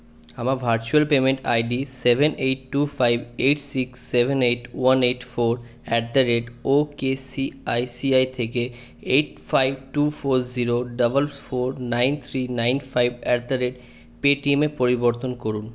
আমার ভার্চুয়াল পেমেন্টের I D seven eight two five eight six seven eight one eight four at the rate O K C I C I থেকে eight five two four zero double four nine three nine five at the rate পেটিএমে পরিবর্তন করুন